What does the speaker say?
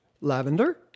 Lavender